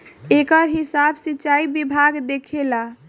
एकर हिसाब सिंचाई विभाग देखेला